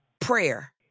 prayer